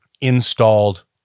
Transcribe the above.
installed